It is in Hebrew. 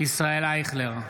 ישראל אייכלר,